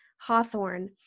Hawthorne